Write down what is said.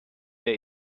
der